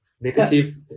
Negative